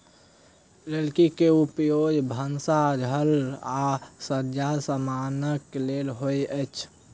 लकड़ी के उपयोग भानस घर आ सज्जा समानक लेल होइत अछि